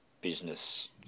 business